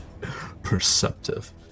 perceptive